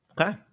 Okay